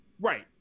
Right